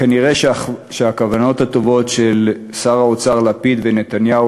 כנראה שהכוונות הטובות של שר האוצר לפיד ושל נתניהו